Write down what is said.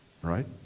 Right